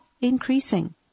increasing